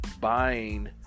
buying